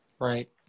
Right